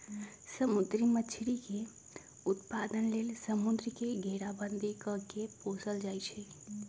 समुद्री मछरी के उत्पादन लेल समुंद्र के घेराबंदी कऽ के पोशल जाइ छइ